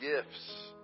gifts